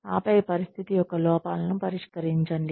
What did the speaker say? ఆపై పరిస్థితి యొక్క లోపాలను పరిష్కరించండి